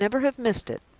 i should never have missed it.